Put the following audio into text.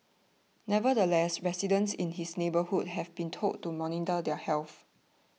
nevertheless residents in his neighbourhood have been told to monitor their health